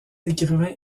écrivain